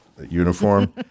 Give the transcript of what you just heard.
Uniform